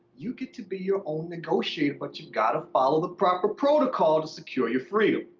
you get to be your own negotiator but you gotta follow the proper protocol to secure your freedom.